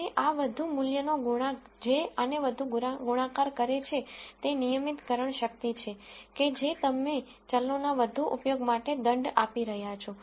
અને આ વધુ મૂલ્ય નો ગુણાંક જે આને વધુ ગુણાકાર કરે છે તે રેગ્યુલરાઈઝેશન શક્તિ છે કે જે તમે ચલોના વધુ ઉપયોગ માટે દંડ આપી રહ્યા છો